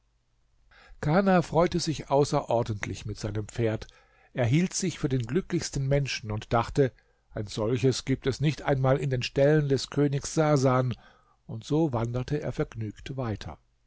kana freute sich außerordentlich mit seinem pferd er hielt sich für den glücklichsten menschen und dachte ein solches gibt es nicht einmal in den ställen des königs sasan und so wanderte er vergnügt weiter